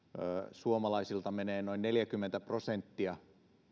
suomalaisilta menee noin neljäkymmentä prosenttia